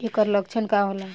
ऐकर लक्षण का होला?